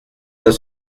the